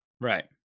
Right